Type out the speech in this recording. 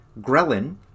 Ghrelin